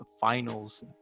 Finals